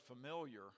familiar